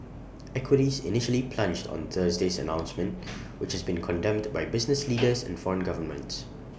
equities initially plunged on Thursday's announcement which has been condemned by business leaders and foreign governments